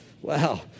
Wow